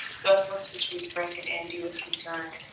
gus looks between frank and andy with concern.